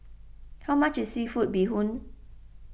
how much is Seafood Bee Hoon